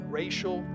racial